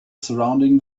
surrounding